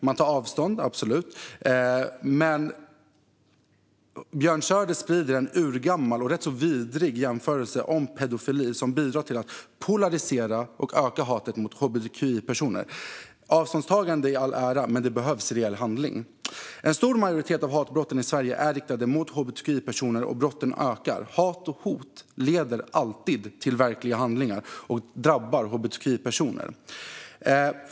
Man tar avstånd från det - absolut - men Björn Söder sprider en urgammal och rätt så vidrig jämförelse om pedofili som bidrar till att polarisera och öka hatet mot hbtqi-personer. Avståndstagande i all ära, men det behövs reell handling. En stor majoritet av hatbrotten i Sverige är riktade mot hbtqi-personer, och antalet brott ökar. Hat och hot leder alltid till verkliga handlingar och drabbar hbtqi-personer.